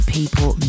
People